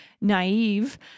naive